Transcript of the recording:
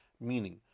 meaning